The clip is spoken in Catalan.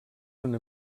una